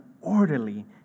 orderly